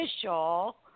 official